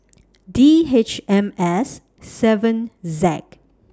D H M S seven Z